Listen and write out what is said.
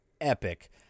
epic